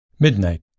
Midnight